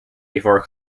before